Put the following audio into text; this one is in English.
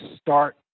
start